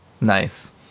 nice